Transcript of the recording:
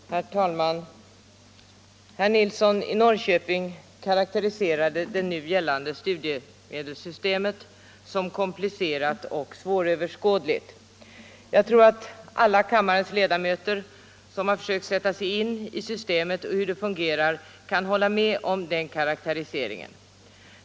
Herr talman! Herr Nilsson i Norrköping karakteriserade det nu gällande studiemedelssystemet som komplicerat och svåröverskådligt. Jag tror att alla kammarens ledamöter som har försökt att sätta sig in i hur systemet fungerar kan hålla med om den karakteriseringen.